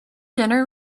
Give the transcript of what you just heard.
dinner